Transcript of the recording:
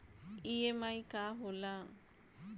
EMI का होला?